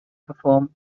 perform